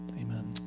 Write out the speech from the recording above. Amen